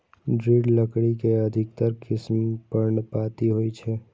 दृढ़ लकड़ी के अधिकतर किस्म पर्णपाती होइ छै